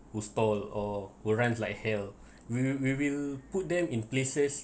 who stall or who runs like hell we will we will put them in places